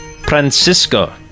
francisco